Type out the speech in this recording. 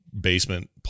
Basement